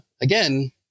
again